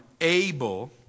able